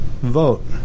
vote